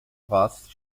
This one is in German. rast